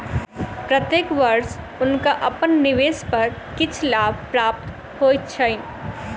प्रत्येक वर्ष हुनका अपन निवेश पर किछ लाभ प्राप्त होइत छैन